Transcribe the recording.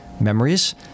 memories